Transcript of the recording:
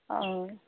हय